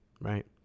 right